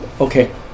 Okay